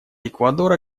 эквадора